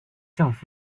政府